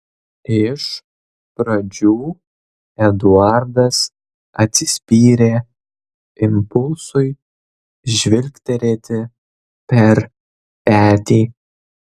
iš pradžių eduardas atsispyrė impulsui žvilgterėti per petį